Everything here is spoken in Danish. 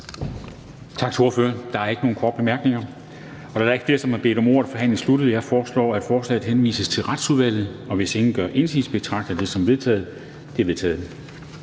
tak til ordføreren. Da der ikke er flere, der har bedt om ordet, er forhandlingen sluttet. Jeg foreslår, at forslaget henvises til Retsudvalget. Hvis ingen gør indsigelse, betragter jeg dette som vedtaget Det er vedtaget.